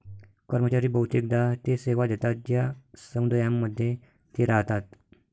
कर्मचारी बहुतेकदा ते सेवा देतात ज्या समुदायांमध्ये ते राहतात